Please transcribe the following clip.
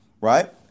right